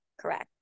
Correct